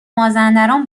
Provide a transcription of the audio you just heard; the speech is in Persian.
مازندران